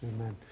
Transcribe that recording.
Amen